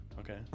okay